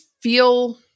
feel